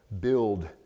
build